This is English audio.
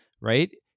right